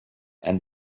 and